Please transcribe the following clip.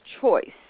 choice